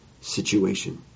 situation